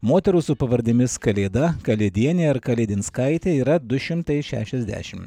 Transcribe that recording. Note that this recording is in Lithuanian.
moterų su pavardėmis kalėda kalėdienė ar kalėdinskaitė yra du šimtai šešiasdešim